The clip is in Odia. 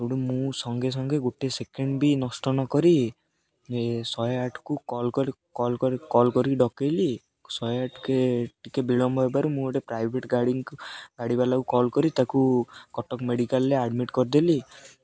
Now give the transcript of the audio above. ସେଇଠୁ ମୁଁ ସଙ୍ଗେ ସଙ୍ଗେ ଗୋଟେ ସେକେଣ୍ଡ ବି ନଷ୍ଟ ନ କରି ଶହେ ଆଠକୁ କଲ୍ କରିକି କଲ୍ କରିକି କଲ୍ କରିକି ଡକେଇଲି ଶହେ ଆଠକେ ଟିକେ ବିଳମ୍ବ ହେବାରୁ ମୁଁ ଗୋଟେ ପ୍ରାଇଭେଟ୍ ଗାଡ଼ି ଗାଡ଼ି ବାଲାକୁ କଲ୍ କରି ତାକୁ କଟକ ମେଡ଼ିକାଲରେ ଆଡ଼ମିଟ୍ କରିଦେଲି